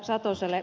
haluan ed